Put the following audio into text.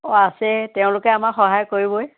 অঁ আছে তেওঁলোকে আমাক সহায় কৰিবই